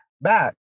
back